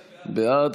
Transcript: בעד,